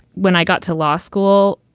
when i got to law school,